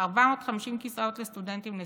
ו-450 כיסאות לסטודנטים לסיעוד.